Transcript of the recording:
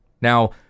Now